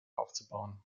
aufzubauen